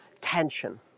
tension